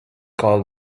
called